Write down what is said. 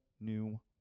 new